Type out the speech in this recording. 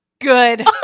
Good